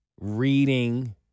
Reading